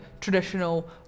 traditional